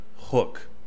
Hook